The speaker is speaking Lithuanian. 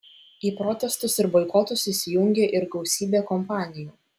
į protestus ir boikotus įsijungė ir gausybė kompanijų